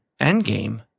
Endgame